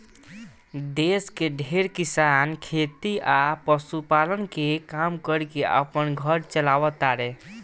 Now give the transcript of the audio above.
देश के ढेरे किसान खेती आ पशुपालन के काम कर के आपन घर चालाव तारे